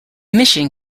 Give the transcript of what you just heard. mission